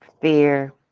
fear